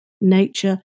nature